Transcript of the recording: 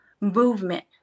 movement